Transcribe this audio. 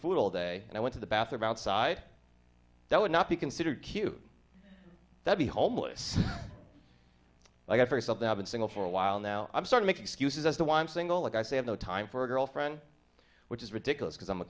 food all day and i went to the bathroom outside that would not be considered cute that be homeless i got herself now been single for a while now i'm starting excuses as to why i'm single like i say have no time for a girlfriend which is ridiculous because i'm a